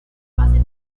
base